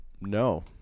No